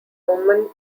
roman